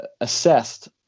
assessed